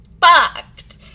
fucked